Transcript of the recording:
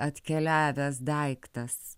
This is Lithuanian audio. atkeliavęs daiktas